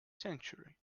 century